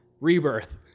Rebirth